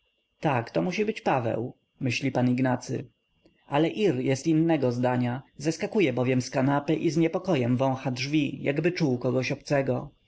tak to musi być paweł myśli pan ignacy ale ir jest innego zdania zeskakuje bowiem z kanapy i z niepokojem wącha drzwi jakby czuł kogoś obcego